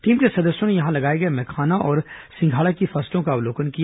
team के सदस्यों ने यहां लगाए गए मखाना और सिंघाड़ा की फसलों का अवलोकन किया